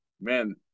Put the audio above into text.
man